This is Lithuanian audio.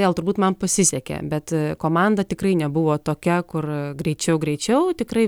vėl turbūt man pasisekė bet komanda tikrai nebuvo tokia kur greičiau greičiau tikrai